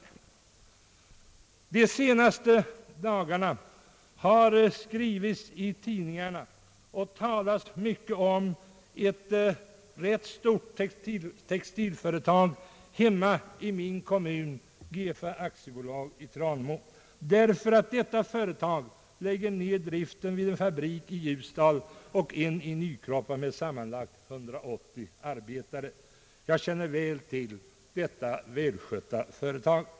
Under de senaste dagarna har det skrivits i tidningarna och talats mycket om ett rätt stort textilföretag i min kommun, Gefa AB i Tranemo, eftersom detta företag lägger ned driften vid en fabrik i Ljusdal och en fabrik i Nykroppa med sammanlagt 180 arbetare. Statsverkspropositionen m.m. Jag känner väl till detta välskötta företag.